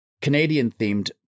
Canadian-themed